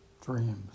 dreams